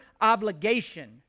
obligation